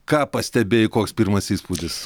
ką pastebėjai koks pirmas įspūdis